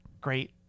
great